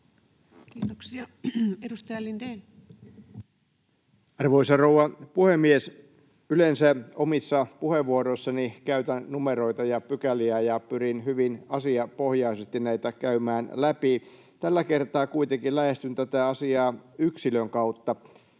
Kiitoksia. — Edustaja Lindén. Arvoisa rouva puhemies! Yleensä omissa puheenvuoroissani käytän numeroita ja pykäliä ja pyrin hyvin asiapohjaisesti näitä käymään läpi. Tällä kertaa kuitenkin lähestyn tätä asiaa yksilön kautta.